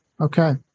Okay